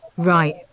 Right